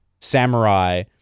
samurai